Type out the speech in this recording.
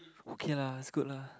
okay lah that's good lah